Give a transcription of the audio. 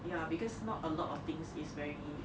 ya because not a lot of things is very